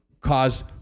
cause